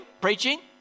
preaching